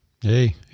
Hey